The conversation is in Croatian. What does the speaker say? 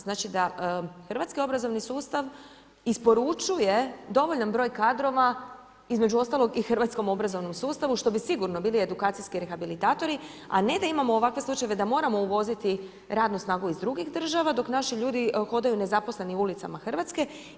Znači da hrvatski obrazovni sustav isporučuje dovoljan broj kadrova, između ostalog, i hrvatskom obrazovnom sustavu, što bi sigurno bili edukacijski rehabilitatori, a ne da imamo ovakve slučajeve da moramo uvoziti radnu snagu iz drugih država, dok naši ljudi hodaju nezaposleni ulicama RH.